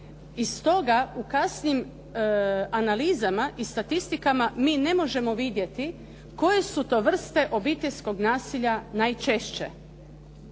I stoga u kasnijim analizama i statistikama mi ne možemo vidjeti koje su to vrste obiteljskog nasilja najčešće